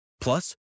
Plus